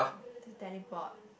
to teleport